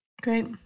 Great